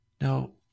Now